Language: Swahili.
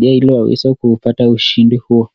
hili waweze kupata ushindi huo.